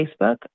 Facebook